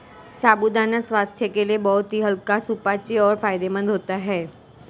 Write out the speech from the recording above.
साबूदाना स्वास्थ्य के लिए बहुत ही हल्का सुपाच्य और फायदेमंद होता है